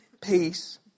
peace